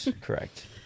correct